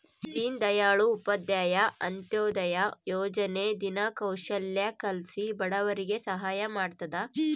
ದೀನ್ ದಯಾಳ್ ಉಪಾಧ್ಯಾಯ ಅಂತ್ಯೋದಯ ಯೋಜನೆ ದಿನ ಕೌಶಲ್ಯ ಕಲ್ಸಿ ಬಡವರಿಗೆ ಸಹಾಯ ಮಾಡ್ತದ